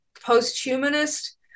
post-humanist